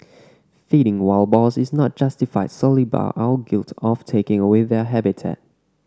feeding wild boars is not justified solely by our guilt of taking away their habitat